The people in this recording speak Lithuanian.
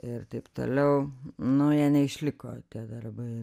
ir taip toliau nu jie neišliko tie darbai